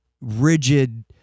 rigid